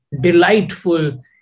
delightful